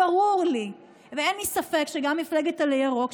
ברור לי ואין לי ספק שגם מפלגת עלה ירוק,